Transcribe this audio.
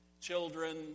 Children